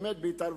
באמת בהתערבות,